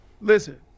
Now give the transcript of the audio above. Listen